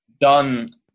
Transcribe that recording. done